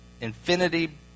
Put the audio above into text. infinity